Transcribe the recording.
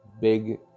big